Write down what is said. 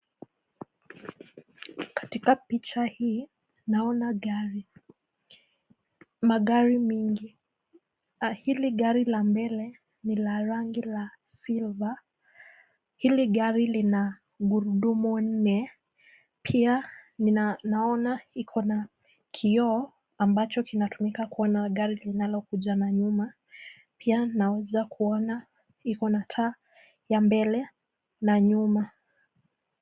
katika picha hii naona gari magari mingi. hili gari la mbele ni la rangi la silver . hili gari lina gurudumu nne. Pia ninaona iko na kioo ambacho kinatumika kuona gari linalokuja na nyuma. Pia naweza kuona iko na taa ya mbele na nyuma.